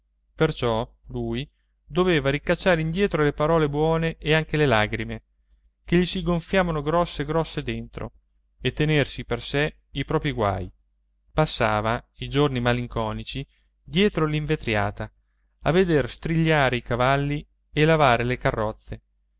perciò lui doveva ricacciare indietro le parole buone e anche le lagrime che gli si gonfiavano grosse grosse dentro e tenersi per sé i propri guai passava i giorni malinconici dietro l'invetriata a veder strigliare i cavalli e lavare le carrozze